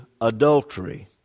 adultery